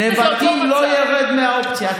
שמנבטים לא ירדו כאופציה.